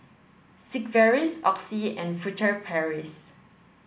Sigvaris Oxy and Furtere Paris